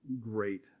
great